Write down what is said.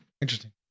interesting